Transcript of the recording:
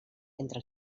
entre